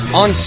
on